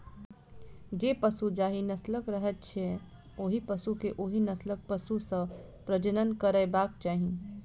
जे पशु जाहि नस्लक रहैत छै, ओहि पशु के ओहि नस्लक पशु सॅ प्रजनन करयबाक चाही